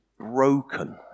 broken